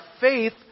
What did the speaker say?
faith